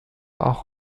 auch